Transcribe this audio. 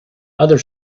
other